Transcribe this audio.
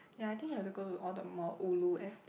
ya I think you have to go to all the more ulu estate